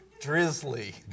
Drizzly